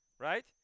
Right